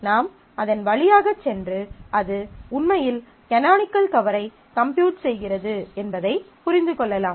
நாம் அதன் வழியாகச் சென்று அது உண்மையில் கனோனிக்கல் கவரை கம்ப்யூட் செய்கிறது என்பதை புரிந்து கொள்ளலாம்